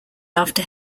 after